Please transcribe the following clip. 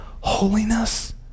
holiness